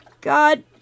God